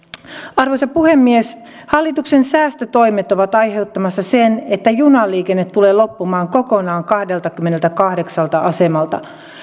arvoisa puhemies hallituksen säästötoimet ovat aiheuttamassa sen että junaliikenne tulee loppumaan kokonaan kahdeltakymmeneltäkahdeksalta asemalta